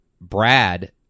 Brad